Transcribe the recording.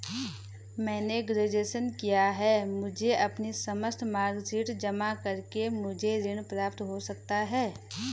मैंने ग्रेजुएशन किया है मुझे अपनी समस्त मार्कशीट जमा करके मुझे ऋण प्राप्त हो सकता है?